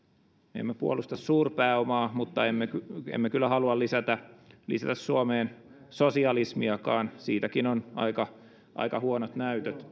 me emme puolusta suurpääomaa mutta emme emme kyllä halua lisätä lisätä suomeen sosialismiakaan siitäkin on aika aika huonot näytöt